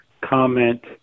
comment